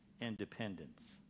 independence